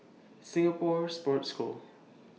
Singapore Sports School